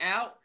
out